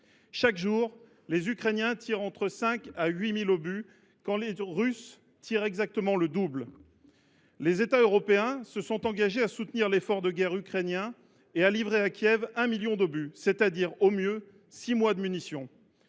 Chaque jour, les Ukrainiens tirent entre 5 000 et 8 000 obus, quand les Russes en tirent exactement le double. Les États européens se sont engagés à soutenir l’effort de guerre ukrainien et à livrer à Kiev 1 million d’obus, c’est à dire, au mieux, six mois de munitions.